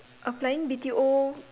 applying B_T_O